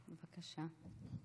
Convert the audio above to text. בבקשה.